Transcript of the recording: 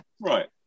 right